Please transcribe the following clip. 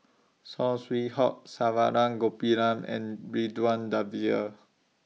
Saw Swee Hock Saravanan Gopinathan and Ridzwan Dzafir